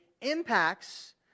impacts